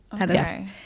Okay